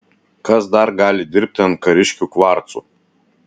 kas dar gali dirbti ant kariškių kvarcų